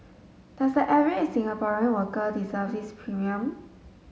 does a average Singaporean worker deserve this premium